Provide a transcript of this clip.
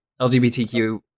LGBTQ